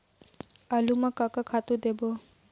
आलू म का का खातू देबो?